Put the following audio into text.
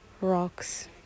rocks